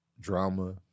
drama